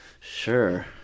Sure